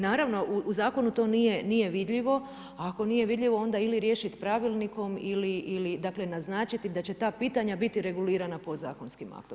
Naravno, u zakonu to nije vidljivo, ako nije vidljivo onda ili riješiti Pravilnikom ili dakle naznačiti da će ta pitanja biti regulirana podzakonskim aktom.